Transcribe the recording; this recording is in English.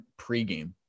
pregame